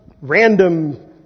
random